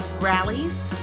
rallies